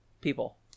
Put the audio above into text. people